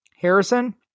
Harrison